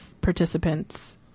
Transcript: participants